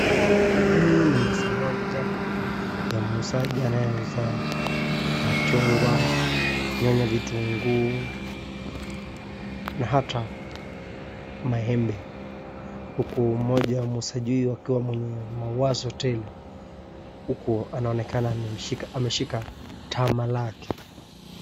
Huu ni meza moja ya muuzaji anayeuzaa machungwa mwenye kitunguu na ata maembe huku moja muuzaji huyu akiwa mwenye mawazo tele huku ameshika tama lake.